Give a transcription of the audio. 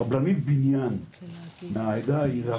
קבלנית בניין מהעדה העיראקית,